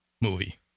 movie